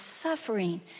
suffering